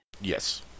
Yes